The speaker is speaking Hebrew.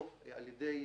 או על ידי